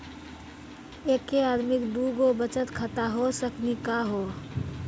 एके आदमी के दू गो बचत खाता हो सकनी का हो?